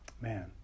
Man